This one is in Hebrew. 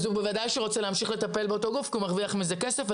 אז בוודאי שהוא ירצה להמשיך לטפל באותו גוף כי הוא מרוויח מזה כסף.